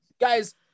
guys